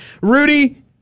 Rudy